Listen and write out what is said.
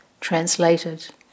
translated